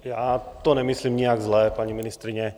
Já to nemyslím nijak zle, paní ministryně.